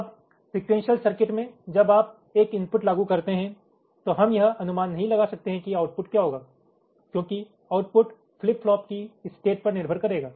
अब sequential circuit में जब आप एक इनपुट लागू करते हैं तो हम यह अनुमान नहीं लगा सकते हैं कि आउटपुट क्या होगा क्योंकि आउटपुट फ्लिप फ्लॉप की स्टेट पर निर्भर करेगा